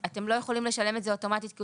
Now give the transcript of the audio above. אתם לא יכולים לשלם את זה אוטומטית כי הוא